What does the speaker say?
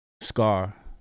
Scar